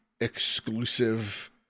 exclusive